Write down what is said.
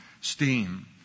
steam